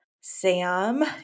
Sam